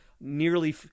nearly